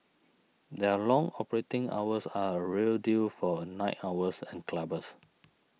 their long operating hours are a real deal for night owls and clubbers